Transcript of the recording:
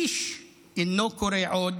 איש אינו קורא עוד: